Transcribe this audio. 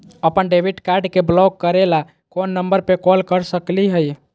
अपन debit card के block करे ला कौन नंबर पे कॉल कर सकली हई?